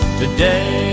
today